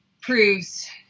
proves